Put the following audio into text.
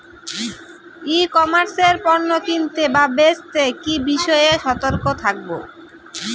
ই commerce এ পণ্য কিনতে বা বেচতে কি বিষয়ে সতর্ক থাকব?